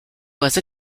was